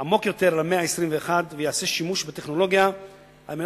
עמוק יותר למאה ה-21 ויעשה שימוש בטכנולוגיה על מנת